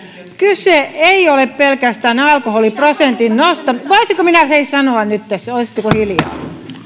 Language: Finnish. kyse ei ole pelkästään alkoholiprosentin nostosta voisinko minä sanoa nytten olisitteko hiljaa